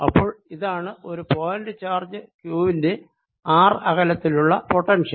അപ്പോൾ ഇതാണ് ഒരു പോയിന്റ് ചാർജ് ക്യൂവിന്റെ r അകലത്തിലുള്ള പൊട്ടൻഷ്യൽ